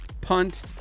punt